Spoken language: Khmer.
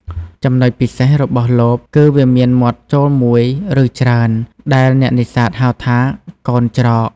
ចំណុចពិសេសរបស់លបគឺវាមានមាត់ចូលមួយ ឬច្រើន ដែលអ្នកនេសាទហៅថា កោណច្រក។